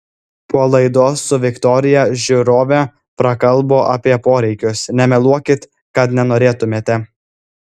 po laidos su viktorija žiūrovė prakalbo apie poreikius nemeluokit kad nenorėtumėte